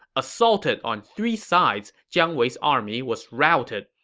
assaulted on three sides, jiang wei's army was routed.